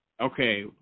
okay